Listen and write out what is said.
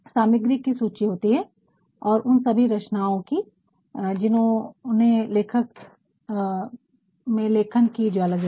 सामग्री कि सूची होती है और उन सभी रचनाओं कि जिन्होंने लेखक में लेखन की ज्वाला जलाई